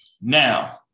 Now